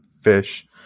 fish